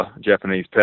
Japanese